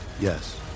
Yes